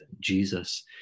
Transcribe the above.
Jesus